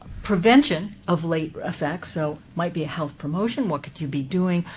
prevention of late effects, so might be health promotion. what could you be doing?